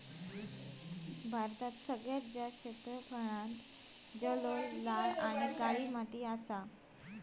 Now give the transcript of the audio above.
भारतात सगळ्यात जास्त क्षेत्रफळांत जलोळ, लाल आणि काळी माती असा